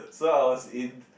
so I was in